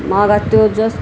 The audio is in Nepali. मगा त्यो जस्